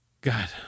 God